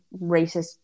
racist